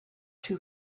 too